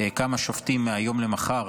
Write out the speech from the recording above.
כמה שופטים מהיום למחר,